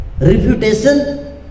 refutation